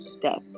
death